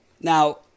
Now